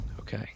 Okay